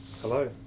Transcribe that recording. Hello